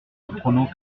apprenant